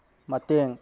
ꯃꯇꯦꯡ